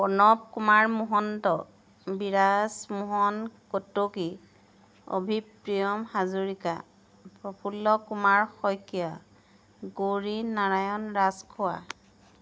Pranab Kumar Mahanta Biraj Mohan Kataki Abhipriyam Hazarika Prafulla Kumar Saikia Gauri Narayan Rajkhowa